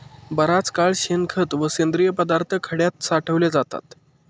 बराच काळ शेणखत व सेंद्रिय पदार्थ खड्यात साठवले जातात